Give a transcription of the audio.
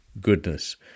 goodness